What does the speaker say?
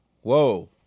Whoa